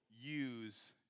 use